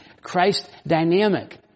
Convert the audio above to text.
Christ-dynamic